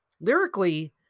lyrically